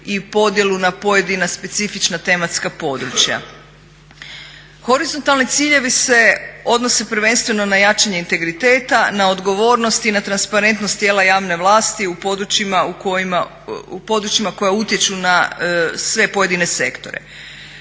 i podjelu na pojedina specifična tematska područja. Horizontalni ciljevi se odnose prvenstveno na jačanje integriteta, na odgovornost i na transparentnost tijela javne vlasti u područjima koja utječu na sve pojedine sektore.